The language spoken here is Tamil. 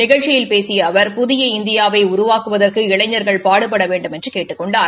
நிகழ்ச்சியில் பேசிய அவர் புதிய இந்தியாவை உருவாக்குவதற்கு இளைஞர்கள் பாடுபட வேண்டுமென்று கேட்டுக் கொண்டார்